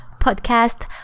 podcast